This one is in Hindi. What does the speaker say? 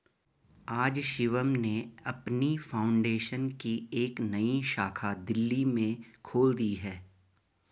आज शिवम ने अपनी फाउंडेशन की एक नई शाखा दिल्ली में खोल दी है